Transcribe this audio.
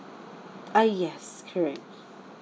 ah yes correct